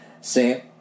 Sam